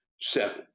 Seven